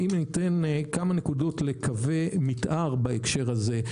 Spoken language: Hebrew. אם אתן כמה נקודות לקווי מתאר בהקשר הזה,